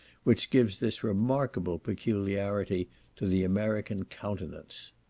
which gives this remarkable peculiarity to the american countenance.